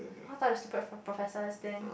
all sorts of stupid professors then